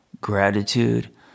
gratitude